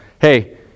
hey